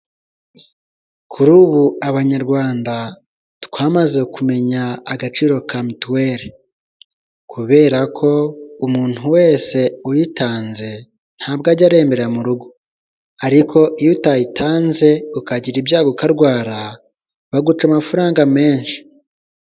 Kuri ubu abanyarwanda, twamaze kumenya agaciro ka mituweri, kubera ko umuntu wese uyitanze ntabwo ajya arembera mu rugo, ariko iyo utayitanze ukagira ibyago ukarwara, baguca amafaranga menshi.